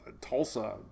tulsa